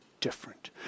different